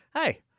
Hey